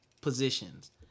positions